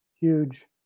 Huge